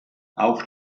auch